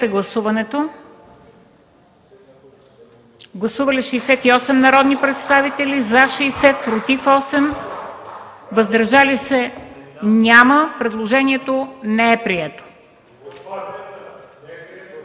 Гласували 144 народни представители: за 134, против 8, въздържали се 2. Предложението е прието.